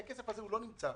הכסף הזה לא נמצא.